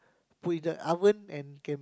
put in the oven and can